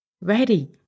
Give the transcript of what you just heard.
ready